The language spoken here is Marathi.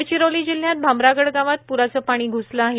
गडचिरोली जिल्ह्यात भामरागड गावात पुराचं पाणी घुसलं आहे